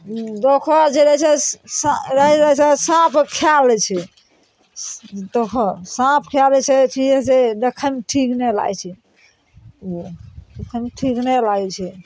दोखो जे रहय छै रहि जाइ छै साँप खाइ लै छै दोखो साँप खाइ लै छै की कहय छै देखयमे ठीक नहि लागय छै ओ देखयमे ठीक नहि लागय छै